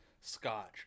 Scotch